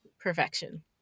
Perfection